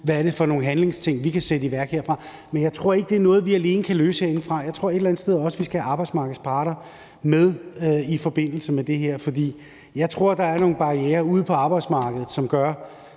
hvad det er for nogle handlinger, vi kan sætte i værk herfra. Men jeg tror ikke, det er noget, vi kan løse alene herindefra; jeg tror et eller andet sted også, at vi skal have arbejdsmarkedets parter med i forbindelse med det her. For jeg tror, at der er nogle barrierer ude på arbejdsmarkedet, som gør,